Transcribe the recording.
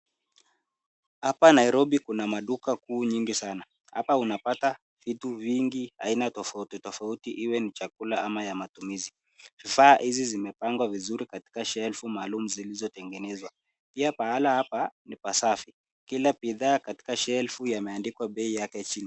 Hapa Nairobi kuna maduka kuu nyingi sana. Hapa unapata vitu vingi aina tofautitofauti iwe ni chakula ama ya matumizi. Vifaa hizi zimepangwa vizuri katika shelfu maalum zilizotengenezwa. Pia pahala hapa ni pasafi. Kila bidhaa katika shelfu yameandikwa bei yake chini.